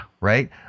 Right